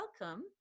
welcome